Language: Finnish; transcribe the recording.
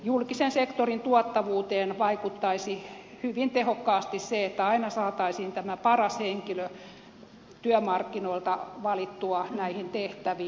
julkisen sektorin tuottavuuteen vaikuttaisi hyvin tehokkaasti se että aina saataisiin tämä paras henkilö työmarkkinoilta valittua näihin tehtäviin